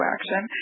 Action